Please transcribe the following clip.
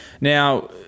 Now